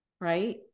right